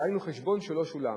דהיינו חשבון שלא שולם.